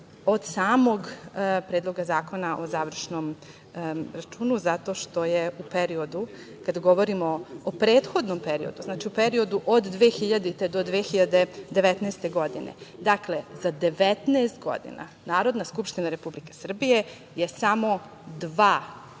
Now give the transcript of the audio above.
od samog Predloga zakona o završnom računu? Zato što je u periodu, kada govorimo o prethodnom periodu, od 2000. do 2019. godine, za 19 godina, Narodna skupština Republike Srbije samo dva